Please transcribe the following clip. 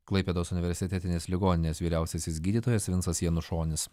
klaipėdos universitetinės ligoninės vyriausiasis gydytojas vinsas janušonis